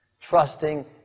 trusting